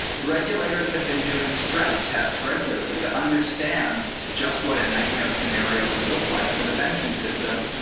regulators had been doing stress tested regularly to understand just what a nightmare scenario would look like for the banking system,